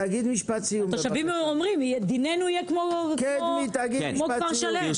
התושבים אומרים: דיננו יהיה כמו כפר שלם.